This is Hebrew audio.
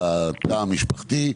בתא המשפחתי,